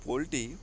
poultry